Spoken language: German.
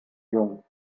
jung